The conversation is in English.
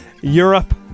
Europe